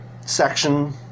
section